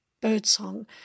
birdsong